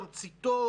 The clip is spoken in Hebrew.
תמציתו,